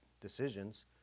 decisions